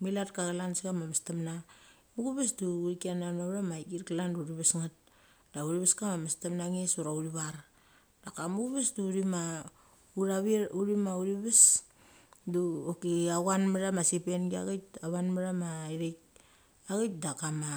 milat ka chlan secha ma mestemna. Muchevers du uthi china na utha aigir klan da uthi ves nget da uthi ves kama mestem na ngis ura uthi var. Da ka mucheves uthima uthi ves doki achaun mechama sipengi aik. Achuan ma tha ma ithaik aik daka ma.